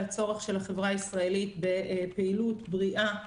הצורך של החברה הישראלית בפעילות בריאה,